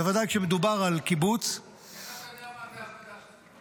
בוודאי כשמדובר על קיבוץ --- איך אתה יודע מה זה אגודה שיתופית?